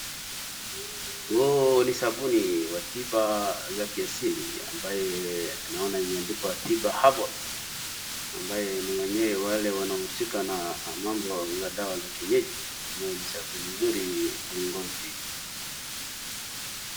Huu ni sabuni wa tiba za kiasili ambaye naona imeandikwa Tiba Herbals ambaye ni wenyewe wale wanahusika na mambo za dawa za kienyeji. Hiyo ni sabuni mzuri kwa ngozi.